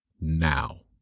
now